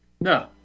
No